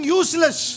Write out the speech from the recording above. useless